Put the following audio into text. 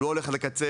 הוא לא הולך לקצה,